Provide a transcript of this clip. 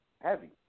heavy